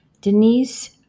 Denise